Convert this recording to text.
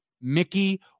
Mickey